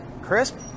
crisp